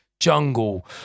jungle